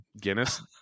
Guinness